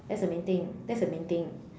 that's the main thing that's the main thing